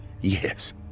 Yes